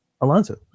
alonso